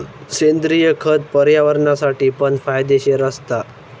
सेंद्रिय खत पर्यावरणासाठी पण फायदेशीर असता